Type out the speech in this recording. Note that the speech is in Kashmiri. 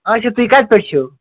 اَچھا تُہۍ کَتہِ پٮ۪ٹھ چھُو